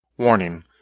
Warning